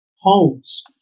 homes